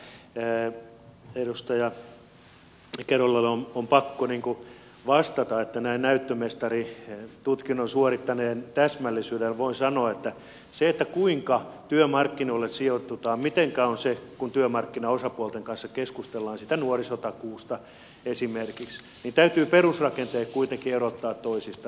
mutta edustaja kerolalle on pakko vastata että näin näyttömestaritutkinnon suorittaneen täsmällisyydellä voin sanoa kuinka työmarkkinoille sijoitutaan mitenkä on kun työmarkkinaosapuolten kanssa keskustellaan siitä nuorisotakuusta esimerkiksi niin täytyy perusrakenteet kuitenkin erottaa toisistaan